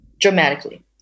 dramatically